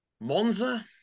Monza